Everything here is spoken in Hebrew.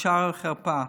בושה ותרפה.